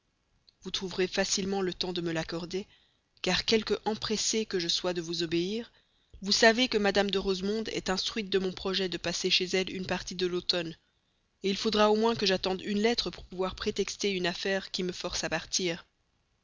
vous trouverez facilement le temps de me l'accorder car quelque empressé que je sois de vous obéir vous savez que mme de rosemonde est instruite de mon projet de passer chez elle une partie de l'automne il faudra au moins que j'attende de recevoir une lettre pour pouvoir prétexter une affaire qui me force à partir